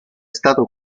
stato